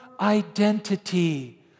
identity